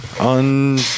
on